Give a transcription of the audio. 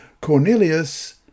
Cornelius